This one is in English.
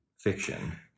fiction